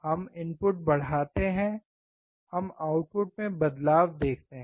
हम इनपुट बढ़ाते हैं हम आउटपुट में बदलाव देखते हैं